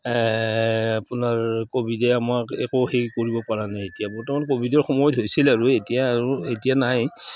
আপোনাৰ ক'ভিডে আমাক একো হেৰি কৰিব পৰা নাই এতিয়া বৰ্তমান ক'ভিডৰ সময় হৈছিল আৰু এতিয়া আৰু এতিয়া নাই